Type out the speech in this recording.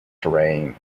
terrain